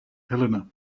helena